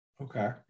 Okay